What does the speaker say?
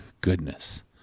goodness